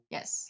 Yes